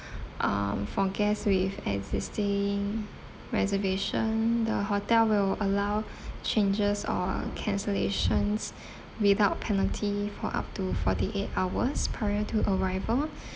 um for guests with existing reservation the hotel will allow changes or cancellations without penalty for up to forty eight hours prior to arrival